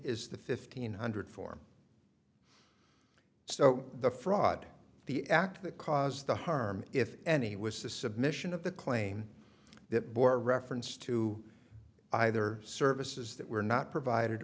is the fifteen hundred form so the fraud the act that caused the harm if any was the submission of the claim that bore reference to either services that were not provided